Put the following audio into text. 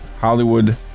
Hollywood